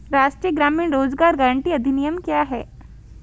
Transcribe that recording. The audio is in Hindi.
राष्ट्रीय ग्रामीण रोज़गार गारंटी अधिनियम क्या है?